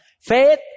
faith